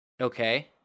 Okay